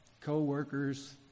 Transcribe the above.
co-workers